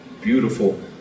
beautiful